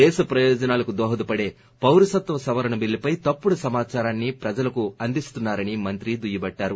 దేశ ప్రయోజనాలకు దోహదపడే పౌరసత్వ సవరణ బిల్లుపై తప్పుడు సమాచారాన్ని ప్రజలకు అందిస్తున్నారని మంత్రి దుయ్యబట్టారు